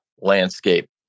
landscape